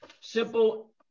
simple